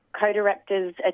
co-directors